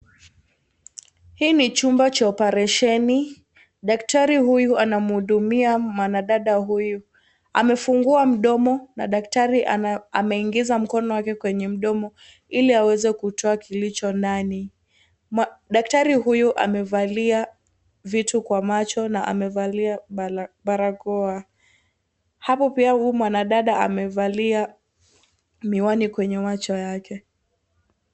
Hii ni chumba cha oparesheni. Daktari huyu anamhudumia mwanadada huyu. Amefungua mdomo na daktari ameingiza mkono wake kwenye mdomo ili aweze kutoa kilicho ndani. Dajtari huyu amevalia vitu kwa macho na amevalia barakoa. Hapo pia huyu mwanadada amevalia miwani kwenye macho yake.